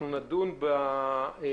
אנחנו נדון בהסדר,